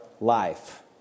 life